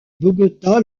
bogota